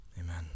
Amen